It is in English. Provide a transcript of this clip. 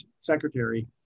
secretary